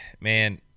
Man